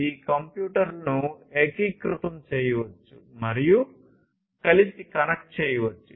ఈ కంప్యూటర్లను ఏకీకృతం చేయవచ్చు మరియు కలిసి కనెక్ట్ చేయవచ్చు